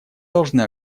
должны